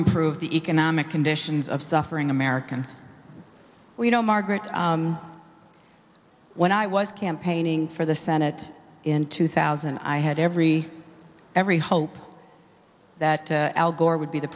improve the economic conditions of suffering american you know margaret when i was campaigning for the senate in two thousand i had every every hope that al gore would be the